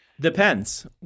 Depends